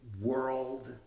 world